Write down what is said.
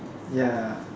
ya